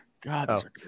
God